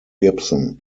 gibson